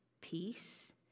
peace